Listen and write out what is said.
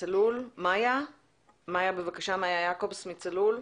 מאיה יעקובס מ"צלול".